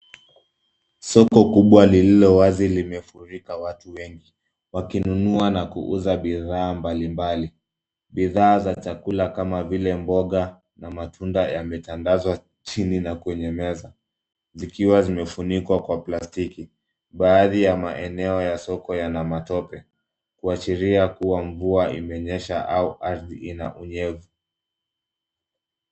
Soko kubwa lililo wazi limefurika watu wengi. Wakinunua na kuuza bidhaa mbalimbali. Bidhaa za chakula kama vile mboga, na matunda, yametandazwa chini na kwenye meza. Zikiwa zimefunikwa kwa plastiki. Baadhi ya maeneo ya soko yana matope. Kuashiria kuwa mvua imenyesha au ardhi ina unyevu.